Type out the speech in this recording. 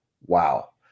Wow